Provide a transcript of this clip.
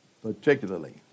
particularly